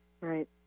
Right